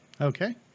Okay